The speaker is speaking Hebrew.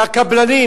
והקבלנים,